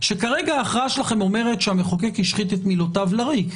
שכרגע ההכרעה שלכם אומרת שהמחוקק השחית את מילותיו לריק,